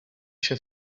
się